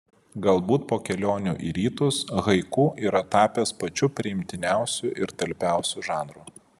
galbūt po kelionių į rytus haiku yra tapęs pačiu priimtiniausiu ir talpiausiu žanru